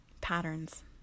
patterns